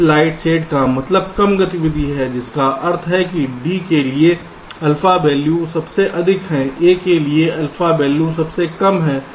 इस light shade का मतलब कम गतिविधि है जिसका अर्थ है कि d के लिए अल्फा वैल्यू सबसे अधिक है a के लिए अल्फा वैल्यू सबसे कम है